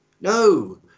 no